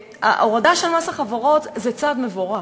ההורדה של מס החברות היא צעד מבורך,